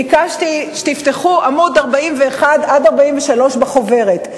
ביקשתי שתפתחו עמוד 41 43 בחוברת.